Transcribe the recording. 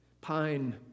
Pine